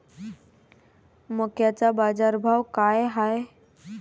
मक्याचा बाजारभाव काय हाय?